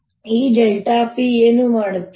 ಮೊದಲಿಗೆ ಈ p ಏನು ಮಾಡುತ್ತದೆ